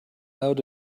allowed